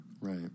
Right